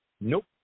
Nope